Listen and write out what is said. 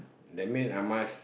that mean I must